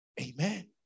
Amen